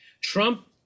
Trump